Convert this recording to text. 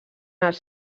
els